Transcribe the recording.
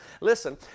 Listen